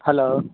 hello